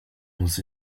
muss